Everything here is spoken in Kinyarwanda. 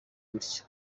gutya